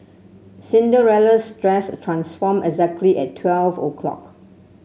Cinderella's dress transformed exactly at twelve o'clock